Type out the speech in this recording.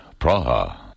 Praha